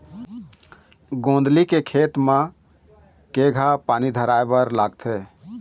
गोंदली के खेती म केघा पानी धराए बर लागथे?